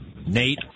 Nate